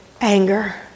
anger